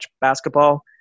basketball